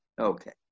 Okay